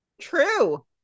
True